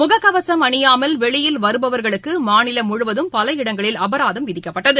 முகக்கவசம் அனியாமல் வெளியில் வருபவர்களுக்குமாநிலம் முழுவதும் பல இடங்களில் அபராதம் விதிக்கப்பட்டது